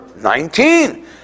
Nineteen